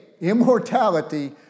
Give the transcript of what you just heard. Immortality